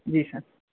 जी sir